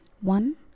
one